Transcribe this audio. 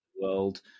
world